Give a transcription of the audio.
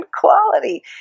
quality